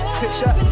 picture